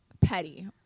Petty